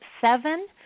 seven